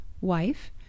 wife